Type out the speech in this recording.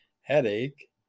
headache